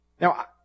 Now